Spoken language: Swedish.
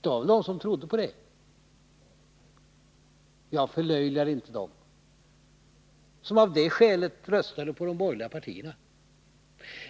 Det fanns väl de som trodde på det. Jag förlöjligar inte dem som av det skälet röstade på de borgerliga partierna.